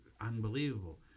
unbelievable